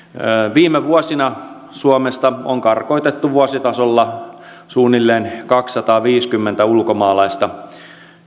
viime vuosina suomesta on karkotettu vuositasolla suunnilleen kaksisataaviisikymmentä ulkomaalaista